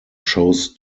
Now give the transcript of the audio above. shows